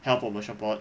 health promotion board